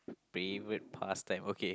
favorite pastime okay